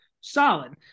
solid